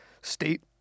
state